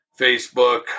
Facebook